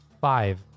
Five